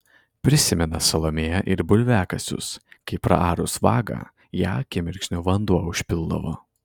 prisimena salomėja ir bulviakasius kai praarus vagą ją akimirksniu vanduo užpildavo